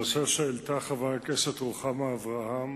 הנושא שהעלתה חברת הכנסת רוחמה אברהם